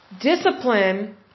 Discipline